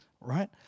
right